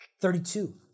Thirty-two